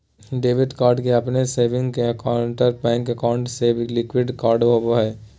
debit card अपने के savings या करंट बैंक अकाउंट से लिंक्ड कार्ड होबा हइ